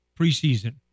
preseason